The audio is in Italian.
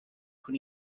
con